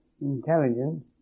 intelligence